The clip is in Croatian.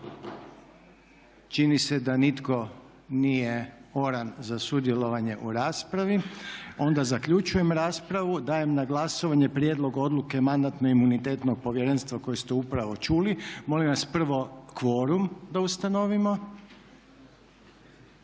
Čini se da nitko nije oran za sudjelovanje u raspravi. Onda zaključujem raspravu. Dajemo na glasovanje prijedlog odluke Mandatno imunitetnog povjerenstva koje ste upravo čuli. Molim vas prvo kvorum da ustanovimo.